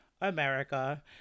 America